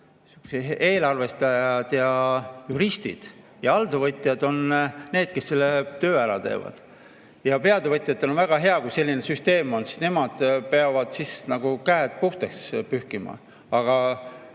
eelarvestajad ja juristid, ning alltöövõtjad need, kes selle töö ära teevad. Ja peatöövõtjatel on väga hea, kui selline süsteem on, sest nemad saavad siis nagu käed puhtaks pühkida.